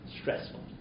stressful